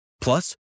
Plus